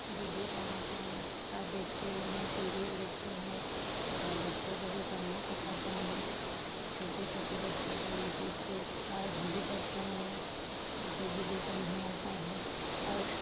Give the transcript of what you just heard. video बनाते हैं और देखते भी हैं सीरियल देखते हैं और बच्चों को भी पढ़ना सिखाते हैं छोटे छोटे बच्चों को यूट्यूब से और हम भी पढ़ते हैं जो भी जैसे नहीं आता है और